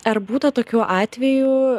ar būta tokių atvejų